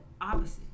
opposite